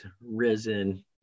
risen